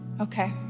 Okay